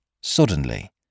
Suddenly